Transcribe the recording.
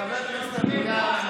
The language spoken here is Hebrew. חבר הכנסת אבידר,